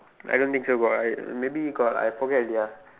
I don't think so got I maybe got I forgot already ah